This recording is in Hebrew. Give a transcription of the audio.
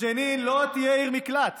ג'נין לא תהיה עיר מקלט